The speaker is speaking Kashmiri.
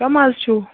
کَم حظ چھُو